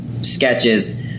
sketches